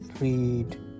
read